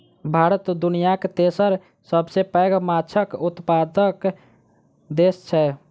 भारत दुनियाक तेसर सबसे पैघ माछक उत्पादक देस छै